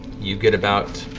you get about